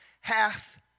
hath